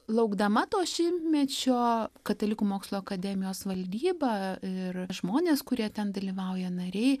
laukdama to šimtmečio katalikų mokslo akademijos valdyba ir žmonės kurie ten dalyvauja nariai